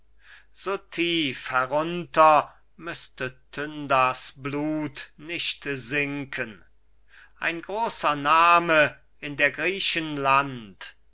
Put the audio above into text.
so tief herunter müßte tyndars blut nicht sinken ein großer name in der